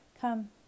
Come